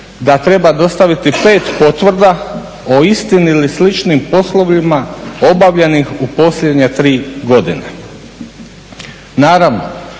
da treba dostaviti pet potvrda o istim ili sličnim poslovima obavljenim u posljednje 3 godine. Naravno,